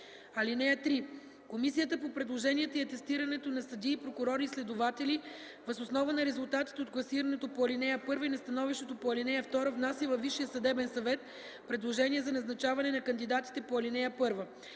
(3) Комисията по предложенията и атестирането на съдии, прокурори и следователи въз основа на резултатите от класирането по ал. 1 и на становището по ал. 2 внася във Висшия съдебен съвет предложение за назначаване на кандидатите по ал. 1.